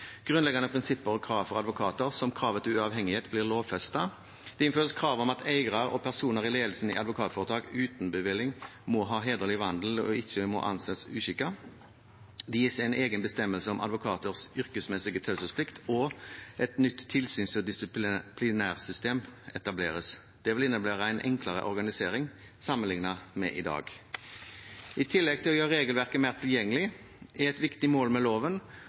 Grunnleggende prinsipper og krav for advokater, som kravet til uavhengighet, blir lovfestet. Det innføres krav om at eiere og personer i ledelsen i advokatforetak uten bevilling må ha hederlig vandel og ikke må anses uskikket. Det gis en egen bestemmelse om advokaters yrkesmessige taushetsplikt, og et nytt tilsyns- og disiplinærsystem etableres. Det vil innebære en enklere organisering sammenliknet med i dag. I tillegg til å gjøre regelverket mer tilgjengelig, er et viktig mål med loven